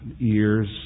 ears